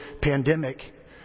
pandemic